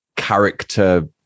character